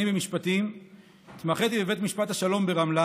במשפטים התמחיתי בבית משפט השלום ברמלה